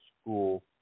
school